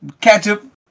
ketchup